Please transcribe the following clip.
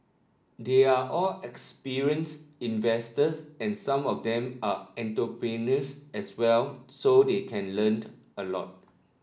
they are all experienced investors and some of them are entrepreneurs as well so they can learnt a lot